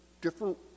different